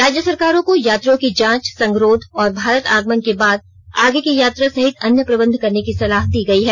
राज्य सरकारों को यात्रियों की जांच संगरोध और भारत आगमन के बाद आगे की यात्रा सहित अन्य प्रबंध करने की सलाह दी गई है